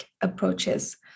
approaches